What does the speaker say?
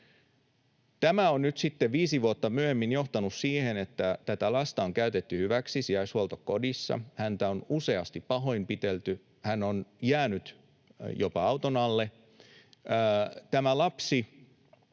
Tämä on nyt sitten viisi vuotta myöhemmin johtanut siihen, että tätä lasta on käytetty hyväksi sijaishuoltokodissa, häntä on useasti pahoinpidelty, hän on jäänyt jopa auton alle. Tämä lapsi